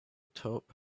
top